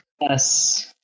Yes